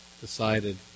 decided